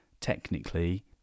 technically